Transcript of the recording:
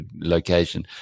location